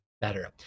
better